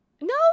No